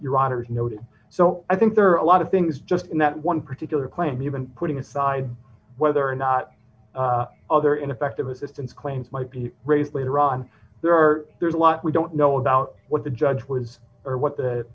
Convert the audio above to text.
noted so i think there are a lot of things just in that one particular claim you've been putting aside whether or not other ineffective assistance claims might be raised later on there are there's a lot we don't know about what the judge was or what